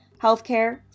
healthcare